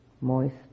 moist